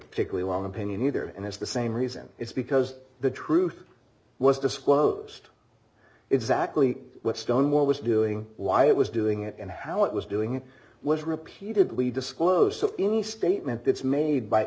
particularly long opinion either and it's the same reason it's because the truth was disclosed exactly what stonewall was doing why it was doing it and how it was doing it was repeatedly disclosed any statement that's made by